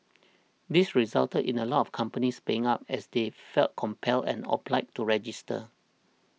this resulted in a lot of companies paying up as they felt compelled and obliged to register